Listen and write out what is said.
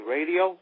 Radio